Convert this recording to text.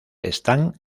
están